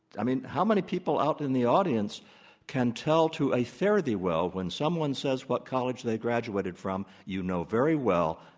i mean, how many people out in the audience can tell to a fare-thee-well when someone says what college they graduated from, you know very well,